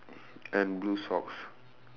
and blue socks